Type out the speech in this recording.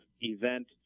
event